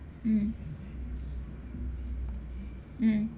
mm mm